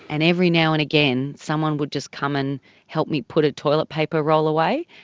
and every now and again someone would just come and help me put a toilet paper roll away,